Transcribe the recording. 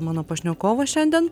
mano pašnekovas šiandien